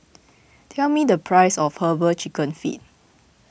tell me the price of Herbal Chicken Feet